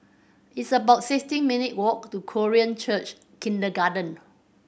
it's about sixteen minute walk to Korean Church Kindergarten